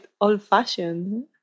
old-fashioned